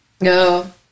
No